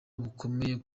bukomeye